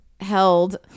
held